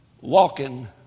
Walking